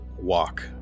walk